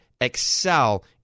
excel